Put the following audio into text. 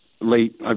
late